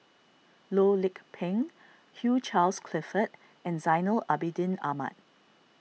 Loh Lik Peng Hugh Charles Clifford and Zainal Abidin Ahmad